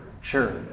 sure